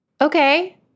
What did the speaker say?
Okay